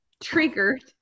triggered